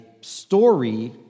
story